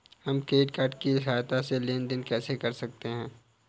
हम credit card की सहायता से लेन देन कैसे कर सकते हैं?